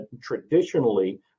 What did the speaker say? traditionally